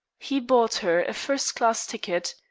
he bought her a first-class ticket,